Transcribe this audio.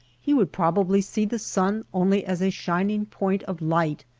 he would probably see the sun only as a shining point of light,